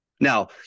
now